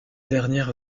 dernière